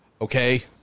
okay